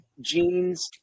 jeans